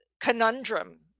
conundrum